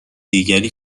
دیگری